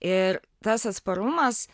ir tas atsparumas